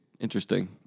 Interesting